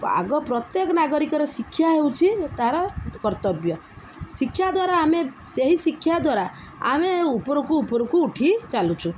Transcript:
ଆଗ ପ୍ରତ୍ୟେକ ନାଗରିକର ଶିକ୍ଷା ହେଉଛି ତା'ର କର୍ତ୍ତବ୍ୟ ଶିକ୍ଷା ଦ୍ୱାରା ଆମେ ସେହି ଶିକ୍ଷା ଦ୍ୱାରା ଆମେ ଉପରକୁ ଉପରକୁ ଉଠି ଚାଲୁଛୁ